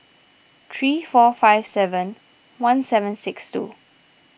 three four five seven one six seven two